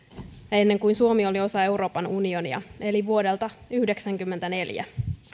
ennen kuin suomi oli osa euroopan unionia eli vuodelta yhdeksänkymmentäneljä